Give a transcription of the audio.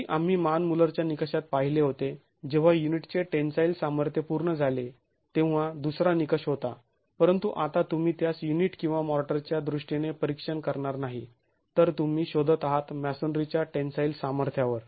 पूर्वी आम्ही मान मुल्लरच्या निकषात पाहिले होते जेव्हा युनिटचे टेन्साईल सामर्थ्य पूर्ण झाले तेव्हा दुसरा निकष होता परंतु आता तुम्ही त्यास युनिट किंवा माॅर्टरच्या दृष्टीने परीक्षण करणार नाही तर तुम्ही शोधत आहात मॅसोनरीच्या टेन्साईल सामर्थ्यावर